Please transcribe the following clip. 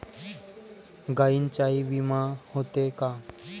गायींचाही विमा होते का?